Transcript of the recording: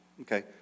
Okay